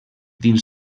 dins